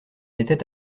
était